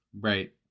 Right